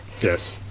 Yes